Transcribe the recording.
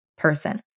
Person